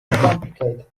complicated